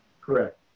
Correct